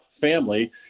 family